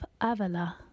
Avila